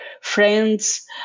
friends